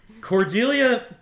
Cordelia